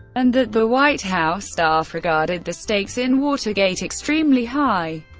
and that the white house staff regarded the stakes in watergate extremely high.